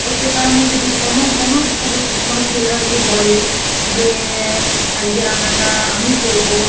তো সে কারণে যদি কোনও কোনও পুরুষ কোনও ছেলেরা যদি বলে যে আজকে রান্নাটা আমি করবো